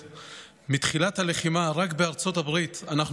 "מתחילת הלחימה רק בארצות הברית אנחנו